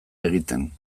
egiten